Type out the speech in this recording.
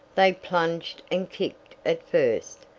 they plunged and kicked at first,